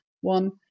one